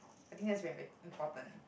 I think that's very important